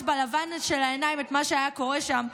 בלבן של העיניים את מה שהיה קורה שם,